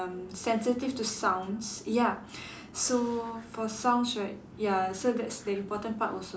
um sensitive to sounds ya so for sounds right ya so that's the important part also